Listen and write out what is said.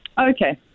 Okay